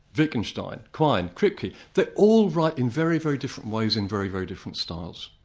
wittgenstein, quine, kripke, they all write in very, very different ways in very, very different styles.